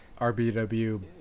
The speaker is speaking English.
rbw